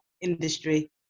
industry